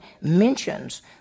mentions